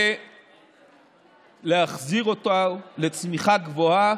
ולהחזיר אותו לצמיחה גבוהה,